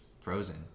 frozen